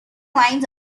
lines